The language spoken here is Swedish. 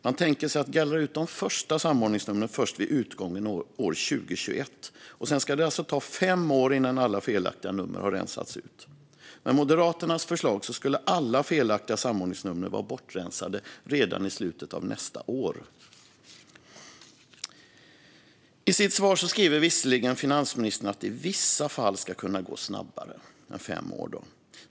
Man tänker sig att gallra ut de första samordningsnumren först vid utgången av 2021, och sedan ska det alltså ta fem år innan alla felaktiga nummer har rensats ut. Med Moderaternas förslag skulle alla felaktiga samordningsnummer vara bortrensade redan i slutet av nästa år. I sitt svar säger visserligen finansministern att det i vissa fall ska kunna gå snabbare än fem år.